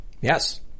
Yes